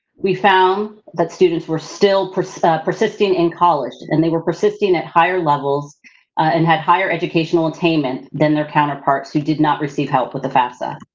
we found that students were still persisting persisting in college, and they were persisting at higher levels and had higher educational attainment than their counterparts who did not receive help with the fafsa.